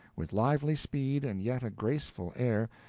with lively speed, and yet a graceful air,